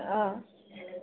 ହଁ